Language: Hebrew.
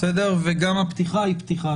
וגם הפתיחה היא הסכמה.